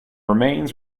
remains